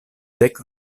dek